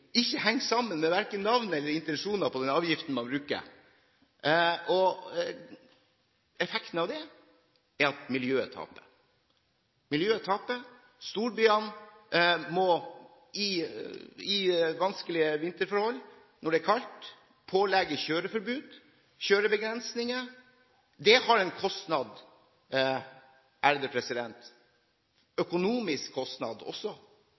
ikke henger sammen med verken navn eller intensjoner på den avgiften man bruker. Effekten av det er at miljøet taper, og storbyene må under vanskelige vinterforhold, når det er kaldt, pålegge kjøreforbud og kjørebegrensninger. Det har en kostnad, økonomisk kostnad også,